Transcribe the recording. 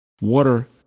water